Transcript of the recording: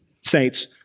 saints